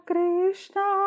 Krishna